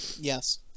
Yes